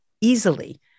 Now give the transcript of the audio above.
easily